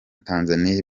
tanzania